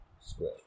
square